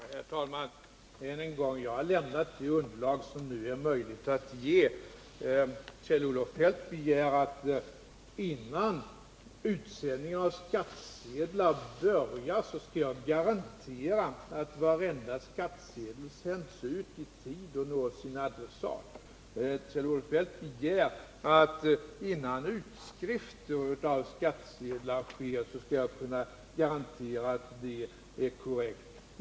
Herr talman! Än en gång: Jag har lämnat det underlag som det nu är möjligt att ge. Kjell-Olof Feldt begär att jag, innan utsändningen av skattsedlar börjar, skall garantera att varenda skattsedel kommer att sändas ut och nå sin adressat i tid. Kjell-Olof Feldt begär att jag, innan utskrivningen av skattsedlarna har skett, skall kunna garantera att dessa är korrekta.